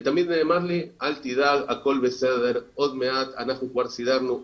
אל תדאג הכל בסדר, עוד מעט ואנחנו כבר סידרנו.